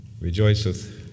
Rejoiceth